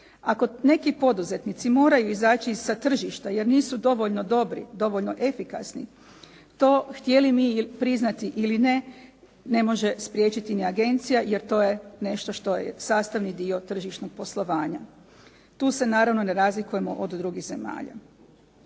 Ako neki poduzetnici moraju izaći sa tržišta jer nisu dovoljno dobri, dovoljno efikasni to htjeli mi priznati ili ne može spriječiti ni agencija, jer to je nešto što je sastavni dio tržišnog poslovanja. Tu se naravno ne razlikujemo od drugih zemalja.